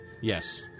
Yes